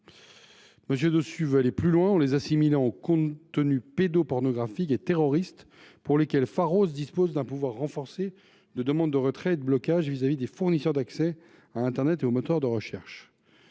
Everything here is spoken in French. M. Dossus veut aller plus loin, en les assimilant aux contenus pédopornographiques et terroristes, pour lesquels Pharos dispose d’un pouvoir renforcé de demande de retrait et de blocage vis à vis des fournisseurs d’accès à internet et aux moteurs de recherche.